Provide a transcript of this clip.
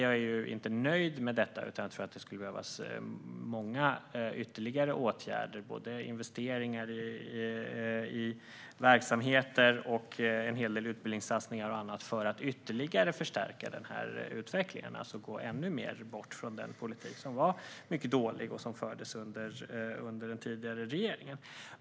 Jag är inte nöjd med detta utan tror att det skulle behövas många ytterligare åtgärder, både investeringar i verksamheter och en hel del utbildningssatsningar och annat, för att ytterligare förstärka utvecklingen och gå ännu mer bort från den politik som var mycket dålig och som fördes under den tidigare regeringen.